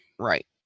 Right